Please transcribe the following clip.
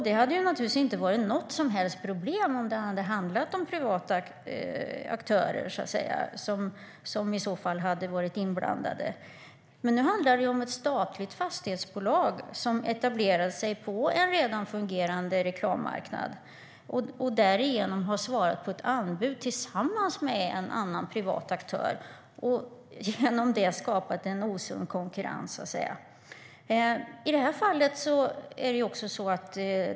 Det hade naturligtvis inte varit något som helst problem om det hade handlat om privata aktörer som var inblandade. Nu handlar det dock om ett statligt fastighetsbolag som etablerar sig på en redan fungerande reklammarknad och därigenom har svarat på ett anbud tillsammans med en annan privat aktör - och genom det skapat en osund konkurrens.